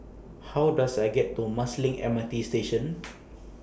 How Does I get to Marsiling M R T Station